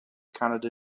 canada